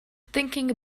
thinking